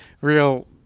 Real